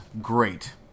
great